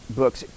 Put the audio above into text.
books